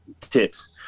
tips